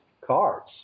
cards